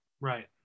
Right